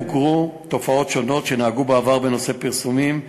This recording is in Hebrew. מוגרו תופעות שונות שנהגו בעבר בנושא פרסומים מחקירות,